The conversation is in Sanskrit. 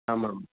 आमाम्